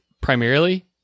primarily